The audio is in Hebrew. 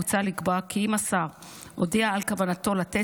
מוצע לקבוע כי אם השר הודיע על כוונתו לתת